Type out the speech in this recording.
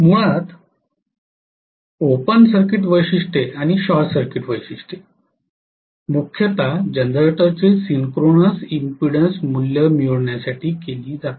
मुळात open circuit वैशिष्ट्ये आणि शॉर्ट सर्किट वैशिष्ट्ये मुख्यत जनरेटरचे सिंक्रोनस इंपीडन्स मूल्य मिळविण्यासाठी केली जातात